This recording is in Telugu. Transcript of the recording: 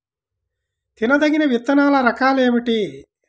తినదగిన విత్తనాల రకాలు ఏమిటి?